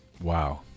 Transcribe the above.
Wow